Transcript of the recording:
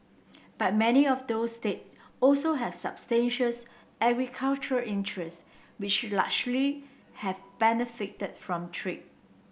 but many of those state also have substantial agricultural interest which largely have benefited from trade